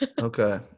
Okay